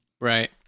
Right